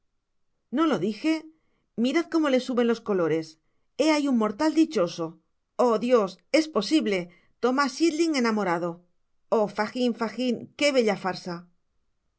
no lo dije mirad como le suben los colores he ahi un mortal dichoso oh i dios es posible tomás chitling enamorado oh fagin fagin que bella farsa